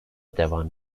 devam